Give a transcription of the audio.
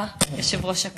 תודה רבה, יושב-ראש הכנסת.